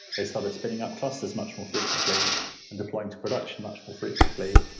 they started spinning up clusters much more frequently and deploying to production much more frequently.